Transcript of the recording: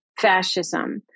fascism